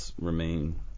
remain